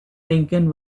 lincoln